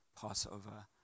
Passover